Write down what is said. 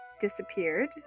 disappeared